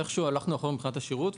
איכשהו אחורה מבחינת השירות.